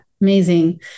Amazing